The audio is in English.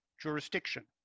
jurisdiction